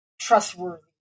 trustworthy